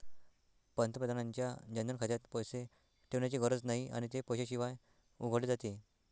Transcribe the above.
पंतप्रधानांच्या जनधन खात्यात पैसे ठेवण्याची गरज नाही आणि ते पैशाशिवाय उघडले जाते